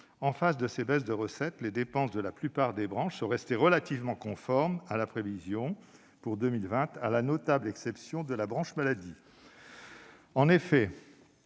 Face à ces baisses de recettes, les dépenses de la plupart des branches sont restées relativement conformes à la prévision pour 2020, à la notable exception de la branche maladie. En effet,